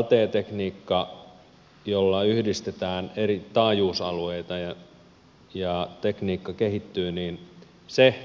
lte tekniikka jolla yhdistetään eri taajuusalueita ja joka kehittyy